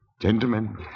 Gentlemen